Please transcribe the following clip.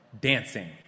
dancing